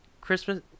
Christmas